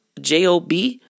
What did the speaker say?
J-O-B